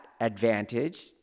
advantage